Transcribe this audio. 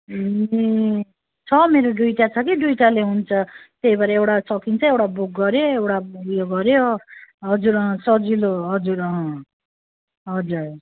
ए छ मेरो दुईवटा छ कि दुईवटाले हुन्छ त्यही भएर एउटा सकिन्छ एउटा बुक गर्यो एउटा उयो गर्यो हजुर अँ सजिलो हजुर अँ हजुर